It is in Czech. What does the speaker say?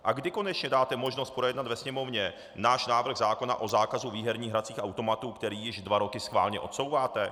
A kdy konečně dáte možnost projednat ve Sněmovně náš návrh zákona o zákazu výherních hracích automatů, který již dva roky schválně odsouváte?